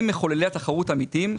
הם מחוללי התחרות האמיתיים.